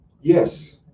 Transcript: yes